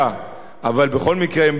אבל בכל מקרה הם בני-אדם, נכון?